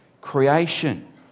Creation